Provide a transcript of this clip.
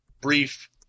brief